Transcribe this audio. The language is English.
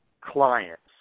clients